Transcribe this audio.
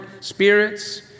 spirits